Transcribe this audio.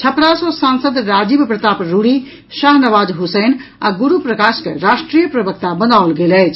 छपरा सँ सांसद राजीव प्रताप रूढ़ी शाहनवाज हुसैन आ गुरूप्रकाश के राष्ट्रीय प्रवक्ता बनाओल गेल अछि